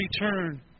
return